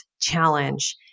challenge